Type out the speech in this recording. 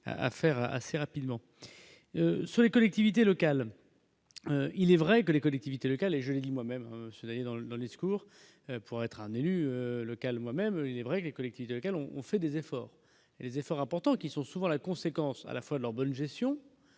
à faire assez rapidement sur les collectivités locales, il est vrai que les collectivités locales et Julie moi-même cela dans le dans les secours pour être un élu local moi-même, il est vrai que les collectivités locales ont fait des efforts et les efforts importants qui sont souvent la conséquence à la fois leur bonne gestion,